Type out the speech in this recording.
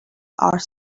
are